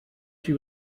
she